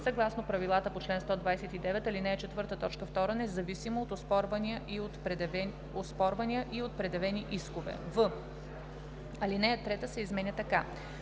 съгласно правилата по чл. 129, ал. 4, т. 2, независимо от оспорвания и от предявени искове.“; в) алинея 3 се изменя така: